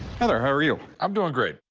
hi, there. how are you? i'm doing great.